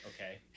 okay